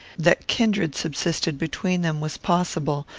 that kindred subsisted between them was possible,